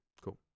Cool